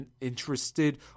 interested